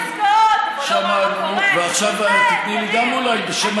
באמת, יריב, אתה אדם ישר לא?